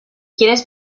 quieres